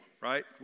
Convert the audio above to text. right